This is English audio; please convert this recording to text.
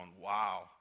wow